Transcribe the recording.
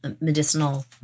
medicinal